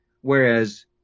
whereas